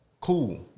cool